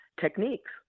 techniques